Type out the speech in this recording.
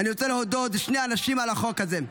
-- אני רוצה להודות לשני אנשים על החוק הזה: